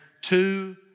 two